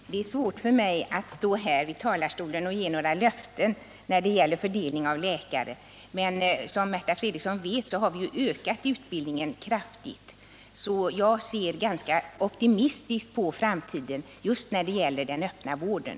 Herr talman! Det är svårt för mig att stå här i talarstolen och ge några löften när det gäller fördelning av läkare, men som Märta Fredrikson vet har vi ökat utbildningen kraftigt. Därför ser jag ganska optimistiskt på framtiden just när det gäller den öppna vården.